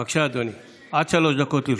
בבקשה, אדוני, עד שלוש דקות לרשותך.